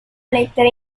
lettera